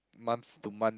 month to month